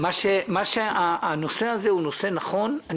הנושא הזה נכון,